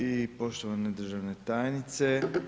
I poštovana državna tajnice.